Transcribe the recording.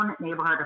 neighborhood